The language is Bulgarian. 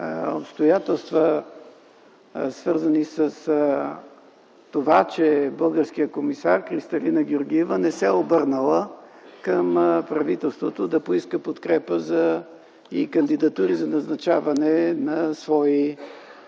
обстоятелства, свързани с това, че българският комисар Кристалина Георгиева не се е обърнала към правителството да поиска подкрепа и кандидатури за назначаване на свои